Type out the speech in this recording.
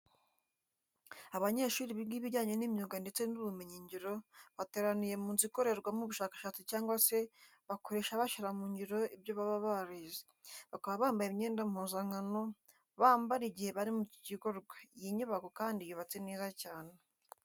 Abanyeshuri biga ibijyanye n'imyuga ndetse n'ubumenyingiro bateraniye mu nzu ikorerwamo ubushakashatsi cyangwa se bakoresha bashyira mu ngiro ibyo baba barize, bakaba bambaye imyenda mpuzankano bambara igihe bari muri iki gikorwa. Iyi nyubako kandi yubatse neza cyane.